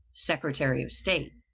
secretary of state.